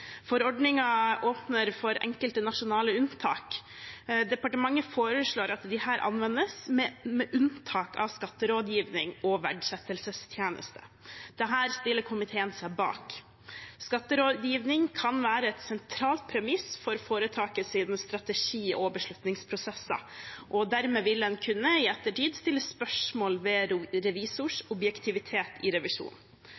åpner for enkelte nasjonale unntak. Departementet foreslår at disse anvendes, med unntak av skatterådgivning og verdsettelsestjenester. Dette stiller komiteen seg bak. Skatterådgivning kan være et sentralt premiss for foretakets strategi- og beslutningsprosesser. Dermed vil en i ettertid kunne stille spørsmål ved